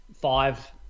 five